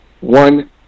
One